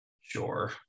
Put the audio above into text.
sure